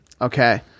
Okay